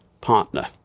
partner